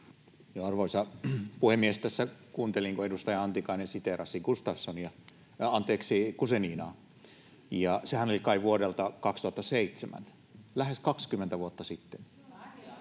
Arvoisa puhemies! Tässä kuuntelin, kun edustaja Antikainen siteerasi Guzeninaa. Sehän oli kai vuodelta 2007, lähes 20 vuotta sitten.